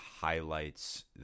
highlights